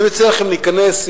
אני מציע לכם להיכנס,